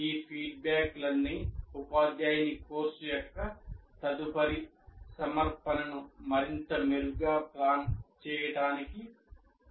ఈ ఫీడ్బ్యాక్లన్నీ ఉపాధ్యాయుని కోర్సు యొక్క తదుపరి సమర్పణను మరింత మెరుగ్గా ప్లాన్ చేయడానికి దోహదపడతాయి